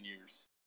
years